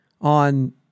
on